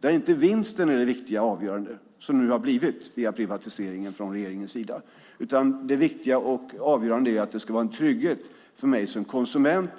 där vinsten inte är det avgörande. Det är så det nu har blivit genom privatiseringen. Det viktiga och avgörande ska i stället vara tryggheten för konsumenten.